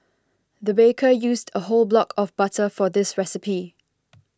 the baker used a whole block of butter for this recipe